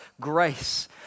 grace